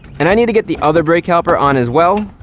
and i need to get the other brake caliper on as well,